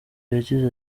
yagize